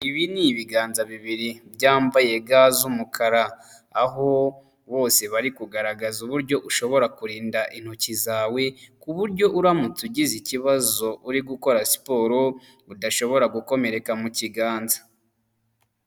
Ibi ni ibiganza bibiri byambaye ga z'umukara aho bose bari kugaragaza uburyo ushobora kurinda intoki zawe kuburyo uramutse ugize ikibazo uri gukora siporo udashobora gukomereka mu kiganza.